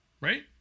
right